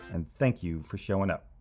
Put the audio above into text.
and thank you for showing up.